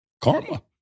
Karma